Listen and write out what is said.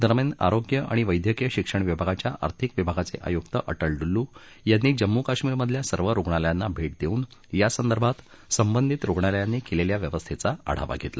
दरम्यान आरोग्य आणि वैद्यकीय शिक्षण विभागाच्या आर्थिक विभागाचे आयुक्त अटल डुल्लु यांनी जम्मू काश्मीरमधल्या सर्व रुग्णालयांना भेट देऊन या संदर्भात संबंधित रुग्णालयांनी केलेल्या व्यवस्थेचा आढावा घेतला